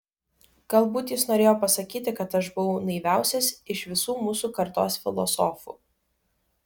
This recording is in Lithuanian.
galbūt jis norėjo pasakyti kad aš buvau naiviausias iš visų mūsų kartos filosofų